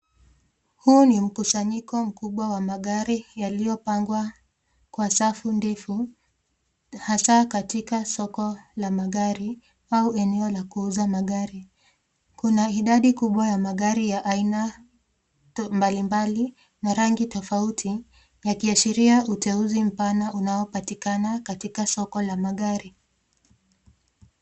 Huu ni mkusanyiko mkubwa wa magari yaliyopangwa kwa safu ndefu hasa katika soko la magari au eneo la kuuza magari .Kuna idadi kubwa ya aina mbalimbali na rangi tofauti yakiashiria uteuzi mpana unaopatikanaktaika soko la magari.